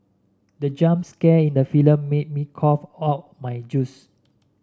the jump scare in the film made me cough out my juice